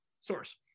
source